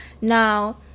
Now